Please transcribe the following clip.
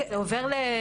זה עובר ל-,